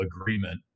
agreement